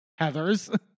heathers